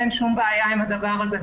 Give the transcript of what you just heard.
אין שום בעיה עם הדבר הזה.